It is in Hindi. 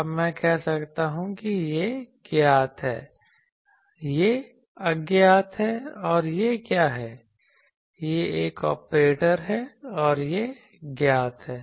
अब मैं कह सकता हूं कि यह ज्ञात है यह अज्ञात है और यह क्या है यह एक ऑपरेटर है और यह ज्ञात है